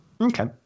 Okay